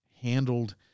handled